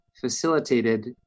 facilitated